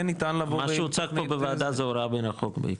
ניתן --- מה שהוצג פה בוועדה זה הוראה מרחוק בעיקר.